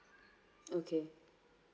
okay